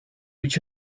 which